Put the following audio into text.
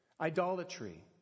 Idolatry